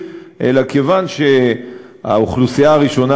אלא כיוון שהאוכלוסייה הראשונה,